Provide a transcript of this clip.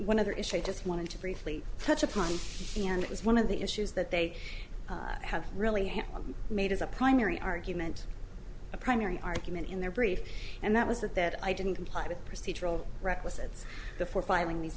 other issue i just want to briefly touch upon and it is one of the issues that they have really made as a primary argument a primary argument in their brief and that was that that i didn't comply with procedural requisites for filing these